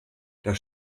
das